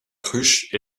cruche